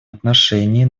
отношении